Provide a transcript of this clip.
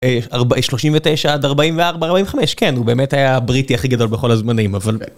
39 עד 44-45, כן, הוא באמת היה הבריטי הכי גדול בכל הזמנים, אבל...